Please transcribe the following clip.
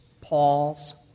Paul's